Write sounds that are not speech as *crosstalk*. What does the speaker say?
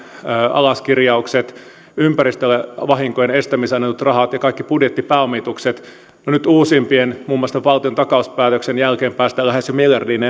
alaskirjaukset ympäristövahinkojen estämiseen annetut rahat ja kaikki budjettipääomitukset ja nyt uusimpien muun muassa tämän valtiontakauspäätöksen jälkeen päästään jo lähes miljardiin *unintelligible*